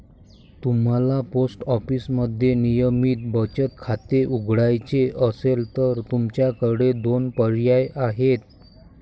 तुम्हाला पोस्ट ऑफिसमध्ये नियमित बचत खाते उघडायचे असेल तर तुमच्याकडे दोन पर्याय आहेत